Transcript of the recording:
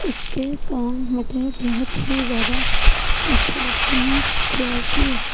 اس کے سونگ مجھے بہت ہی زیادہ اچھے لگتے ہیں کیوں کہ